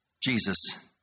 Jesus